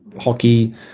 hockey